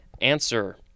Answer